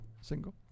Single